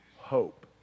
hope